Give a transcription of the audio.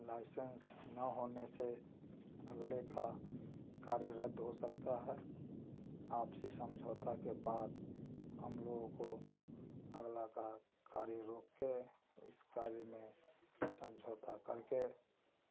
licence न होने से अगले का कार्य रद्द हो सकता है आपसी समझौता के बाद हम लोगों को अगला का कार्य रोक के इस कार्य में समझौता करके